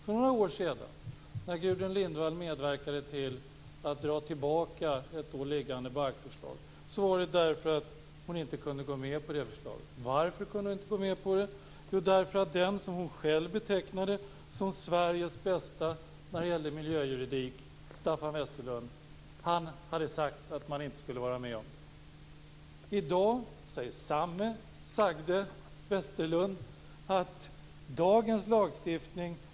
För några år sedan, då Gudrun Lindvall medverkade till att dra tillbaka ett då liggande balkförslag, var det därför att hon inte kunde gå med på det förslaget. Varför kunde hon inte gå med på det? Jo, därför att den som hon själv betecknade som Sveriges bästa när det gällde miljöjuridik, Staffan Westerlund, hade sagt att man inte skulle gå med på det.